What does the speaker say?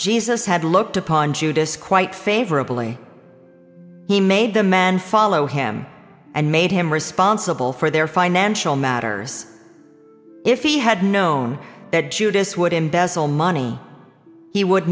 jesus had looked upon judas quite favorably he made the man follow him and made him responsible for their financial matters if he had known that judas would embezzle money he would